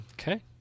Okay